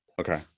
Okay